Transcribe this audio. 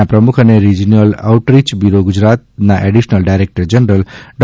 ના પ્રમુખ અને રિજિયોનલ આઉટરીય બ્યુરો ગુજરાતના એડિશનલ ડાયરેક્ટર જનરલ ડો